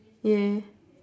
yeah